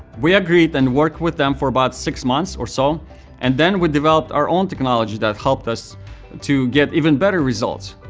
we agreed and worked with them for about six months or so and then we developed our own technology that helped us to get even better results.